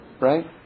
right